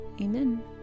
Amen